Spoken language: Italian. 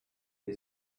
dei